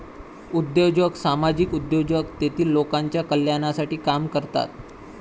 उद्योजक सामाजिक उद्योजक तेतील लोकांच्या कल्याणासाठी काम करतात